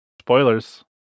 Spoilers